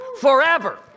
forever